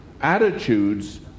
Attitudes